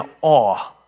awe